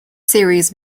series